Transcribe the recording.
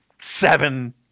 seven